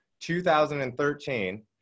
2013